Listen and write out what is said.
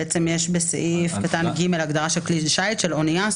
יש בסעיף קטן (ג) הגדרה של "כלי שיט": אוניה,